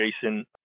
Jason